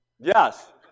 Yes